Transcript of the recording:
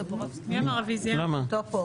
טופו.